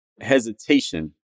Hesitation